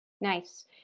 Nice